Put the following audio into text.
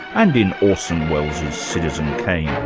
and in orson welles's citizen kane.